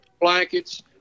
blankets